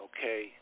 Okay